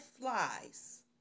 flies